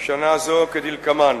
שנה זו כדלקמן: